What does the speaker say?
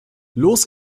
los